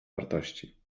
wartości